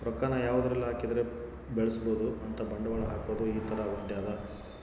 ರೊಕ್ಕ ನ ಯಾವದರಲ್ಲಿ ಹಾಕಿದರೆ ಬೆಳ್ಸ್ಬೊದು ಅಂತ ಬಂಡವಾಳ ಹಾಕೋದು ಈ ತರ ಹೊಂದ್ಯದ